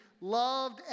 loved